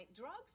Drugs